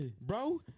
Bro